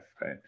right